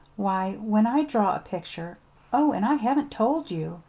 why, when i draw a picture oh, and i haven't told you!